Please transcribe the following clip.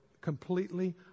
completely